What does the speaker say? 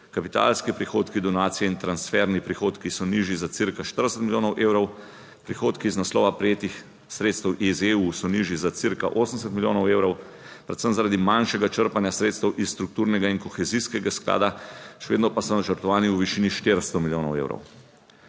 Kapitalski prihodki, donacije in transferni prihodki so nižji za cirka 40 milijonov evrov, prihodki iz naslova prejetih sredstev iz EU so nižji za cirka 80 milijonov evrov, predvsem zaradi manjšega črpanja sredstev iz strukturnega in kohezijskega sklada, še vedno pa so načrtovani v višini 400 milijonov evrov.